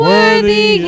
Worthy